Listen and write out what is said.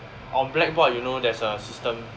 on blackboard you know there's a system